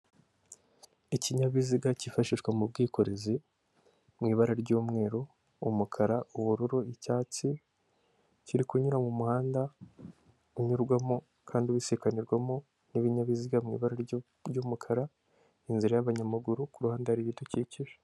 Ikinyabiziga cyifashishwa mu bwikorezi mu ibara ry'umweru, umukara, ubururu, icyatsi, kiri kunyura mu muhanda unyurwamo kandi usikanirwamo n'ibinyabiziga mu ibara ry'umukara, inzira y'abanyamaguru, ku ruhande hari ibidukikije.